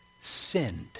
sinned